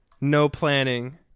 no-planning